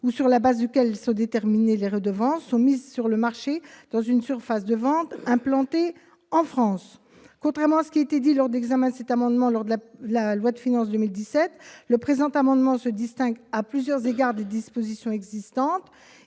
ou sur la base desquels sont déterminées les redevances, sont mis sur le marché dans une surface de vente implantée en France. Contrairement à ce qui a pu être dit lors de l'examen du projet de loi de finances pour 2017, cet amendement se distingue, à plusieurs égards, des dispositions existantes.